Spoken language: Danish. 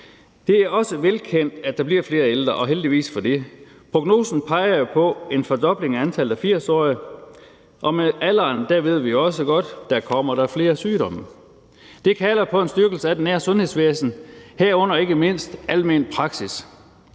Det er også velkendt, at der bliver flere ældre – og heldigvis for det. Prognosen peger jo på en fordobling af antallet af 80-årige, og med alderen ved vi også godt at der kommer flere sygdomme, og det kalder på en styrkelse af det nære sundhedsvæsen, herunder ikke mindst almen praksis.